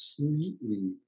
completely